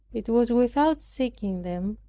it was without seeking them,